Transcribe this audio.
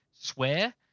swear